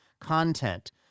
content